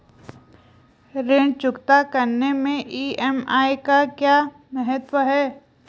ऋण चुकता करने मैं ई.एम.आई का क्या महत्व है?